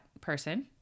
person